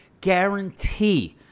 guarantee